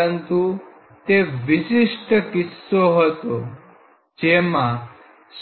પરંતુ તે વિશિષ્ટ કિસ્સો હતો જેમાં